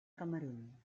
camerun